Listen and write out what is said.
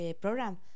program